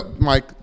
Mike